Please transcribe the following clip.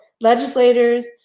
legislators